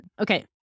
Okay